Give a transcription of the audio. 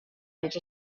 els